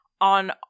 on